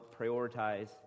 prioritize